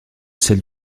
celle